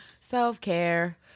Self-care